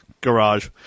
garage